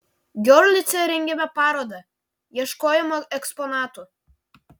giorlice rengėme parodą ieškojome eksponatų